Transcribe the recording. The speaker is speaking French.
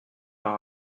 par